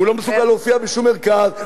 הוא לא מסוגל להופיע בשום מרכז,